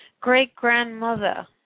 great-grandmother